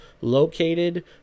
located